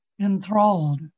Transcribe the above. enthralled